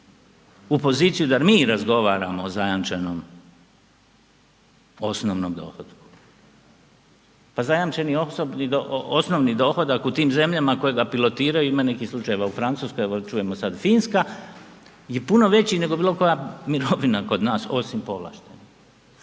u poziciju da mi razgovaramo o zajamčenom osnovnom dohotku. Pa zajamčeni osnovni dohodak u tim zemljama koje ga pilotiraju, ima nekih slučajeva u Francuskoj evo čujemo sad i Finska je puno veći nego bilo koja mirovina kod nas osim povlaštenih.